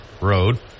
Road